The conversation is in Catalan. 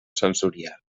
sensorial